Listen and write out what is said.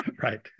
right